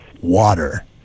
water